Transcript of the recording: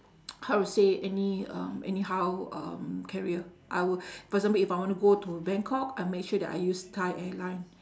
how to say any um anyhow um carrier I will for example if I wanna go to bangkok I make sure that I use thai airline